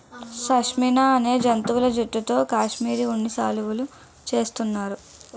షష్మినా అనే జంతువుల జుట్టుతో కాశ్మిరీ ఉన్ని శాలువులు చేస్తున్నారు